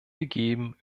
gegeben